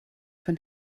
von